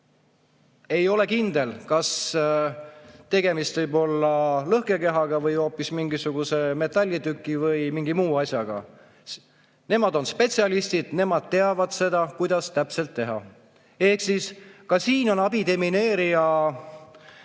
ei ole kindel, kas tegemist on lõhkekehaga või hoopis mingisuguse metallitüki või mingi muu asjaga. Nemad on spetsialistid, nemad teavad, kuidas täpselt teha. Ehk ka siin on abidemineerija